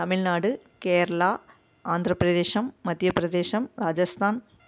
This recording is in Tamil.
தமிழ்நாடு கேரளா ஆந்திரப் பிரதேசம் மத்தியப் பிரதேசம் ராஜஸ்தான்